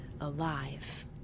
alive